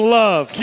love